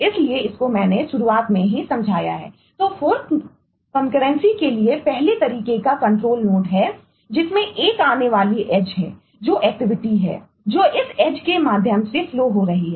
इसीलिए इसको मैंने शुरूआत में ही समझाया है